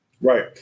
Right